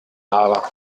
aber